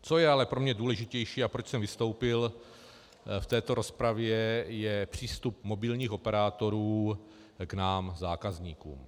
Co je ale pro mě důležitější a proč jsem vystoupil v této rozpravě, je přístup mobilních operátorů k nám zákazníkům.